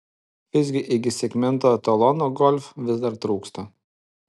visgi iki segmento etalono golf vis dar trūksta